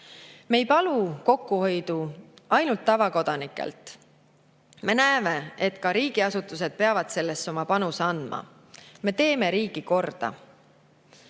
Me ei palu kokkuhoidu ainult tavakodanikelt. Me näeme, et ka riigiasutused peavad sellesse oma panuse andma. Me teeme riigi korda.